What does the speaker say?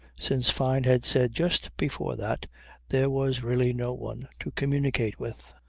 since fyne had said just before that there was really no one to communicate with.